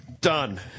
Done